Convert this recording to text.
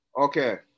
Okay